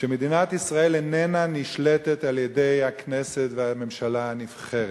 שמדינת ישראל איננה נשלטת על-ידי הכנסת והממשלה הנבחרת.